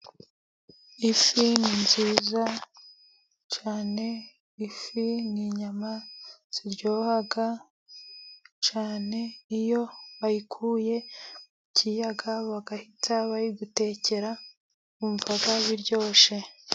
Ifi ni nziza cyane, ifi n'inyama ziryoha cyane, iyo bayikuye mu kiyaga bagahita bayigutekera, wumva biryoshye.